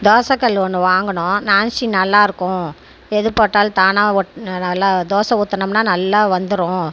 தோசைக்கல்லு ஒன்று வாங்கினோம் நான்ஸ்டி நல்லாயிருக்கும் எது போட்டாலும் தானா நல்லா தோசை ஊற்றுனம்னா நல்லா வந்துரும்